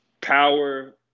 power